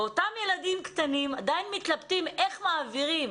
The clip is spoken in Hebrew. ואותם ילדים קטנים, עדיין מתלבטים איך מעבירים.